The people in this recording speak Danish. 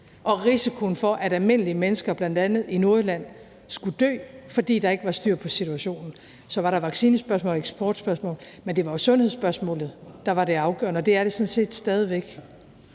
og risikoen for, at almindelige mennesker, bl.a. i Nordjylland, skulle dø, fordi der ikke var styr på situationen. Så var der vaccinespørgsmål og eksportspørgsmål, men det var jo sundhedsspørgsmålet, der var det afgørende, og det er det sådan set stadig væk.